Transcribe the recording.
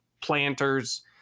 planters